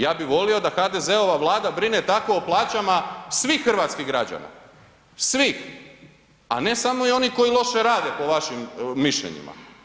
Ja bi volio da HDZ-ova Vlada brine tako o plaćama svih hrvatskih građana, svih, a ne samo onih koji loše rade po vašim mišljenjima.